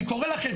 אני קורא לכם,